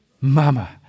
Mama